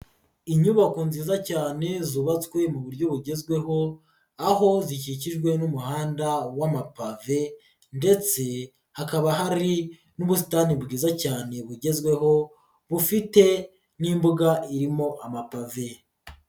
Inyubako nziza cyane zubatswe mu buryo bugezweho aho bikikijwe n'umuhanda w'amapave ndetse hakaba hari n'ubusitani bwiza cyane bugezweho bufite n'imbuga irimo amapave.